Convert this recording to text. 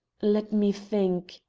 let me think,